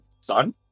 son